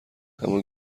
همان